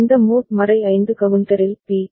இந்த மோட் 5 கவுண்டரில் பி